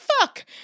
fuck